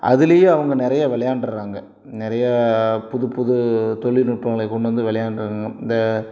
அதுலேயே அவங்க நிறையா விளையாண்டறாங்க நிறையா புதுப்புது தொழில்நுட்பங்களை கொண்டுவந்து வெளையாண்டு இந்த